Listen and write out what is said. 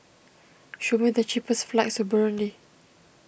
show me the cheapest flights to Burundi